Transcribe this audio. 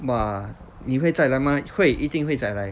!wah! 你会再来吗会一定会再来